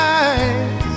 eyes